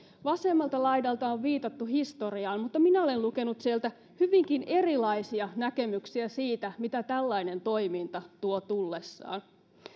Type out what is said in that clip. vasemmalta laidalta on viitattu historiaan mutta minä olen lukenut sieltä hyvinkin erilaisia näkemyksiä siitä mitä tällainen toiminta tuo tullessaan